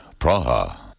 Praha